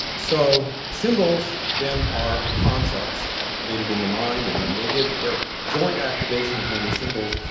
so symbols then are concepts activated in the mind and then they give their joint activation of many symbols,